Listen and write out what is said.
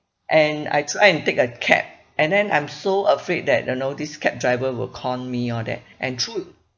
and I try and take a cab and then I'm so afraid that you know this cab driver will con me all that and true